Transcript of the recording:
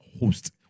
host